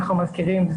אנחנו מזכירים,